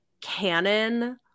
canon –